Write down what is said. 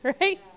Right